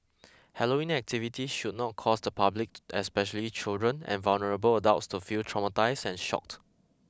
Halloween activities should not cause the public especially children and vulnerable adults to feel traumatised and shocked